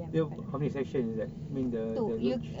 then how many sessions is that I mean the the luge